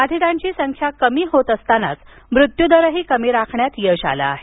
बाधितांची संख्या कमी होत असतानाच मृत्यूदरही कमी राखण्यात यश आलं आहे